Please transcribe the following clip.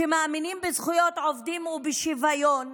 שמאמינים בזכויות עובדים ובשוויון,